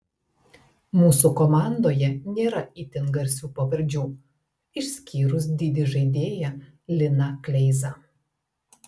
mūsų komandoje nėra itin garsių pavardžių išskyrus didį žaidėją liną kleizą